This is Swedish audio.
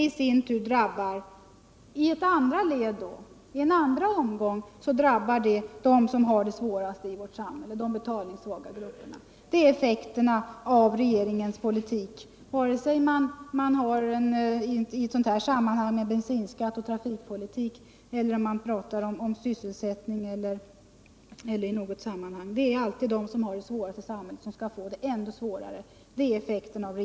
I sin tur drabbar det i en andra omgång dem som har det svårast i vårt samhälle, de betalningssvaga grupperna. Det är effekten av regeringens politik vare sig det gäller bensinskatt och trafik eller handlar om sysselsättning eller något annat. Det är alltid de som har det svårast i samhället som skall få det ännu svårare.